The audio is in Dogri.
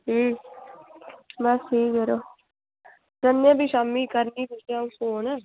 बस ठीक यरो जन्नेआं फ्ही शामीं करगी अ'ऊं तुसेंगी फोन